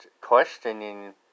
questioning